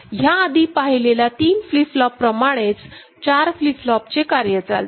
ह्या आधी पाहिलेल्या तीन फ्लिपफ्लोप प्रमाणेच 4 फ्लिपफ्लोपचे कार्य चालते